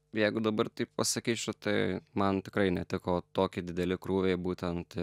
jeigu dabar taip pasakyčiau tai man tikrai neteko tokį didelį krūviai būtent